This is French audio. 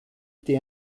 été